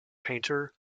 painter